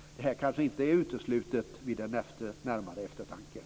Vid närmare eftertanke kanske detta inte är uteslutet.